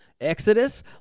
Exodus